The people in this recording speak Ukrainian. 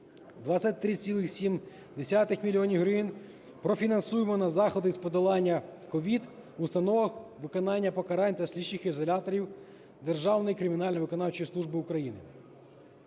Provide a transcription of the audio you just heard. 23,7 мільйона гривень профінансуємо на заходи з подолання COVID в установах виконання покарань та слідчих ізоляторів Державної кримінально-виконавчої служби України.